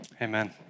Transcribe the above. Amen